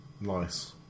Nice